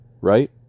right